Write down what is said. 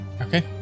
Okay